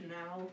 now